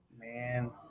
Man